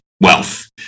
wealth